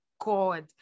God